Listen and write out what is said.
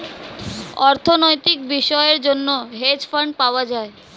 অর্থনৈতিক বিষয়ের জন্য হেজ ফান্ড পাওয়া যায়